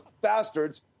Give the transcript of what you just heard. bastards